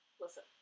Listen